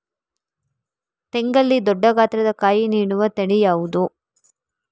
ತೆಂಗಲ್ಲಿ ದೊಡ್ಡ ಗಾತ್ರದ ಕಾಯಿ ನೀಡುವ ತಳಿ ಯಾವುದು?